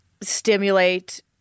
stimulate